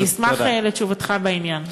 אני אשמח לתשובתך בעניין.